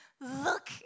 Look